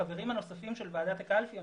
החברים הנוספים של ועדת הקלפי הם